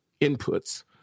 inputs